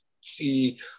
see